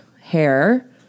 hair